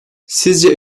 sizce